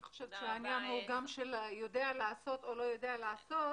אני חושבת שהעניין הוא גם של יודע לעשות או לא יודע לעשות